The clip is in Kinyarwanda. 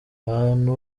abantu